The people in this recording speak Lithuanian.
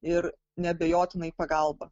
ir neabejotinai pagalba